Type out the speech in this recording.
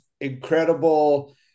incredible